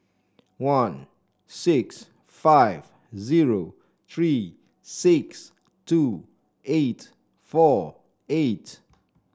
one six five zero three six two eight four eight